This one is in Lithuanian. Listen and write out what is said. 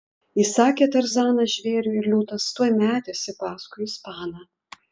įsakė tarzanas žvėriui ir liūtas tuoj metėsi paskui ispaną